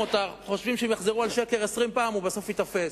חושבים שאם יחזרו על שקר 20 פעם, בסוף הוא ייתפס.